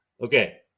okay